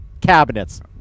cabinets